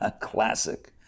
Classic